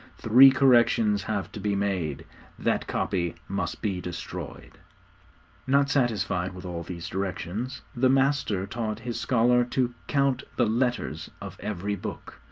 three corrections have to be made, that copy must be destroyed not satisfied with all these directions, the master taught his scholar to count the letters of every book.